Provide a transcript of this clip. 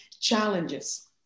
challenges